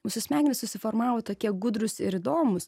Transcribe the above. mūsų smegenys susiformavo tokie gudrūs ir įdomūs